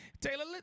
Taylor